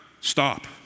stop